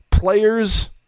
Players